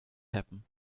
happen